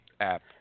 app